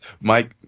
Mike